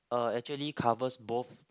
uh actually covers both